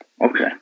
Okay